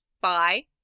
Bye